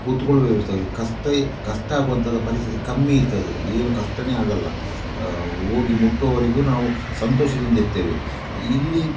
ಕೂತ್ಕೊಳ್ಳುವ ವ್ಯವಸ್ಥೆ ಆಗಲಿ ಕಷ್ಟ ಇ ಕಷ್ಟ ಆಗುವಂಥದ್ದು ಪರಿಸ್ಥಿತಿ ಕಮ್ಮಿ ಇರ್ತದೆ ಅದರಲ್ಲಿ ಏನು ಕಷ್ಟವೇ ಆಗೋಲ್ಲ ಹೋಗಿ ಮುಟ್ಟುವವರೆಗೂ ನಾವು ಸಂತೋಷದಿಂದ ಇರ್ತೇವೆ ಇಲ್ಲಿ